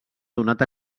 donat